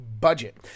budget